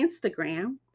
Instagram